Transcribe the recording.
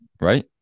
right